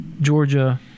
Georgia